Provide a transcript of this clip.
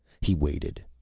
he waited,